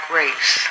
race